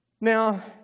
Now